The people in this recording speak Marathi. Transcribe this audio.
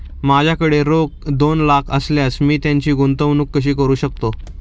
माझ्याकडे रोख दोन लाख असल्यास मी त्याची गुंतवणूक कशी करू शकतो?